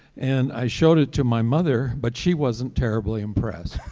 and i showed it to my mother, but she wasn't terribly impressed.